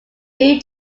new